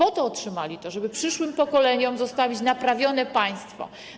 Otrzymali to po to, żeby przyszłym pokoleniom zostawić naprawione państwo.